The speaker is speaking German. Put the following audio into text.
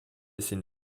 sind